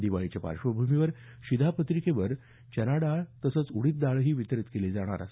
दीवाळीच्या पार्श्वभूमीवर शिधापत्रिकेवर चणाडाळ तसंच उडीद डाळ ही वितरीत केली जाणार आहे